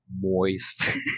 moist